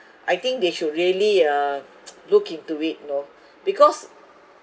I think they should really uh look into it you know because